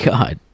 God